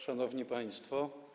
Szanowni Państwo!